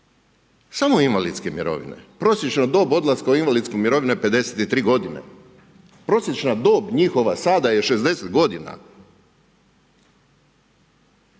samo invalidske mirovine. Prosječna dob odlaska u invalidsku mirovinu je 53 godine, prosječan dob njihova sada je 60 godina.